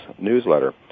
newsletter